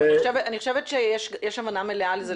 אני חושבת שיש אמנה מלאה על זה.